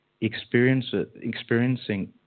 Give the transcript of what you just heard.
experiencing